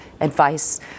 advice